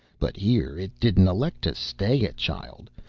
but here it didn't elect to stay a child.